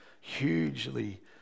hugely